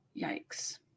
yikes